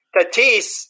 Tatis